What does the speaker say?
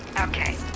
okay